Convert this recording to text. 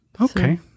Okay